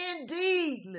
indeed